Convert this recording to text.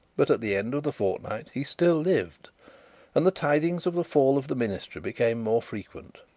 but at the end of the fortnight he still lived and the tidings of the fall of the ministry became more frequent.